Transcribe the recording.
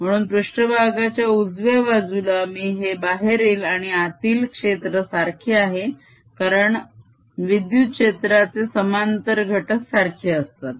म्हणून पृष्ट्भागाच्या उजव्या बाजूला मी हे बाहेरील आणि आतील क्षेत्र सारखे आहे कारण विद्युत क्षेत्राचे समांतर घटक सारखे असतात